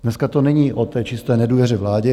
Dneska to není o čisté nedůvěře vládě.